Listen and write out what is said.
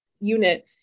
Unit